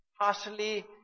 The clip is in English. partially